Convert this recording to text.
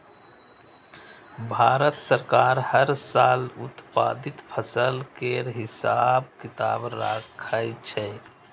भारत सरकार हर साल उत्पादित फसल केर हिसाब किताब राखै छै